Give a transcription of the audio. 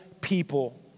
people